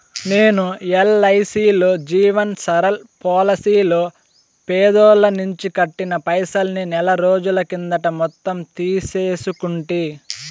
నేను ఎల్ఐసీలో జీవన్ సరల్ పోలసీలో పదేల్లనించి కట్టిన పైసల్ని నెలరోజుల కిందట మొత్తం తీసేసుకుంటి